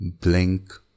Blink